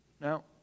Now